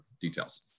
details